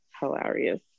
hilarious